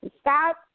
stop